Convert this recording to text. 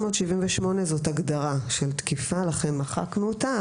378, זו הגדרה של תקיפה ולכן מחקנו אותה.